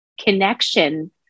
connection